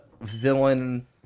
villain